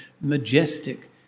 majestic